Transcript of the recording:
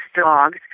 dogs